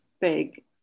big